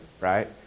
right